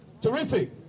terrific